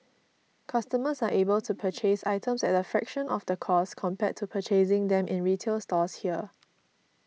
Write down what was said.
customers are able to purchase items at a fraction of the cost compared to purchasing them in retail stores here